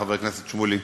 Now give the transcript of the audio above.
חבר הכנסת שמולי,